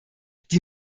die